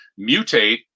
mutate